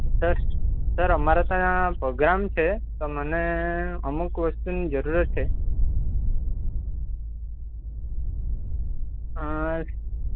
next sir અમારે ત્યાં programme છે તો મને અમુક વસ્તુની જરૂરત છે